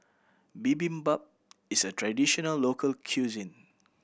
bibimbap is a traditional local cuisine